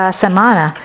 semana